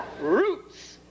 Roots